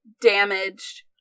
damaged